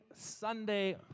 Sunday